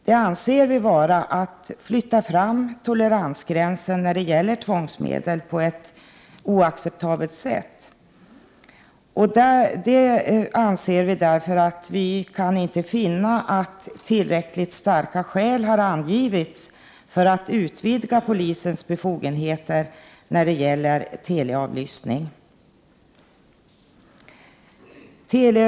Det anser vpk innebära att man flyttar fram toleransgränserna på ett oacceptabelt sätt när det gäller tvångsmedel. Vi kan inte finna att tillräckligt starka skäl har angivits för att utvidga polisens befogenheter när det gäller teleavlyssning.